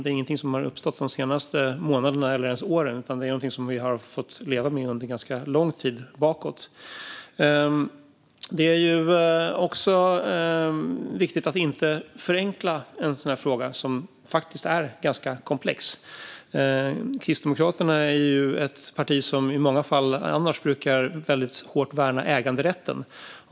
Det är ingenting som har uppstått de senaste månaderna eller åren, utan det är något som vi har fått leva med under ganska lång tid. Det är viktigt att inte förenkla en sådan här fråga som faktiskt är ganska komplex. Kristdemokraterna är ju ett parti som i många fall annars väldigt hårt brukar värna om äganderätten.